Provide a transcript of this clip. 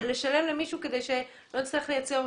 לשלם למישהו כדי שלא נצטרך לייצר אותו.